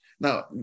Now